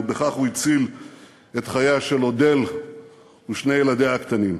ובכך הוא הציל את חייהם של אדל ושני ילדיה הקטנים.